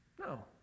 No